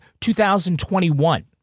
2021